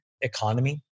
economy